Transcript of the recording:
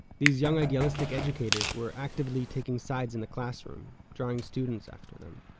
these young idealistic educators were actively taking sides in the classroom, drawing students after them.